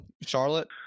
Charlotte